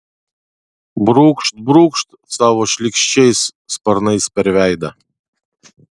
brūkšt brūkšt savo šlykščiais sparnais per veidą